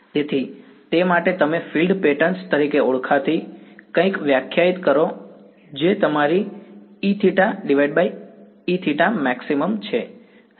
તેથી તે માટે તમે ફીલ્ડ પેટર્ન તરીકે ઓળખાતી કંઈક વ્યાખ્યાયિત કરો છો જે તમારી EθEθ max છે